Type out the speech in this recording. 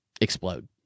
explode